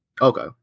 Okay